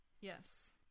Yes